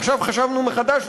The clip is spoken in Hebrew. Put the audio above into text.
עכשיו חשבנו מחדש,